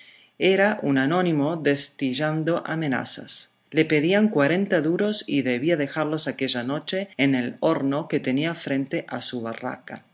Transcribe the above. era un anónimo destilando amenazas le pedían cuarenta duros y debía dejarlos aquella noche en el horno que tenía frente a su barraca